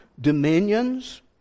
dominions